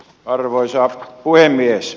arvoisa puhemies